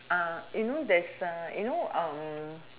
uh you know there is a you know um